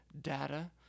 data